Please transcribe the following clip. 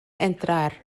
entrar